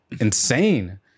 insane